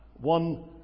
One